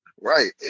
Right